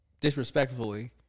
disrespectfully